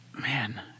man